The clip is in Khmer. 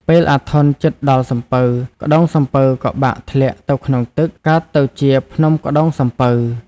ពេលអាធន់ជិតដល់សំពៅ ក្ដោងសំពៅក៏បាក់ធ្លាក់ទៅក្នុងទឹក កើតទៅជា ភ្នំក្ដោងសំពៅ។